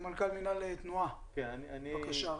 סמנכ"ל מינהל תנועה, בבקשה.